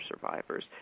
survivors